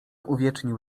uwiecznił